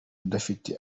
udafite